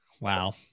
Wow